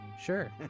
Sure